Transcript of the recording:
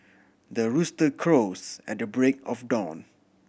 the rooster crows at the break of dawn